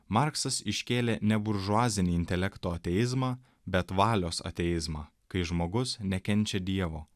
marksas iškėlė ne buržuazinį intelekto ateizmą bet valios ateizmą kai žmogus nekenčia dievo